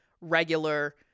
regular